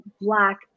black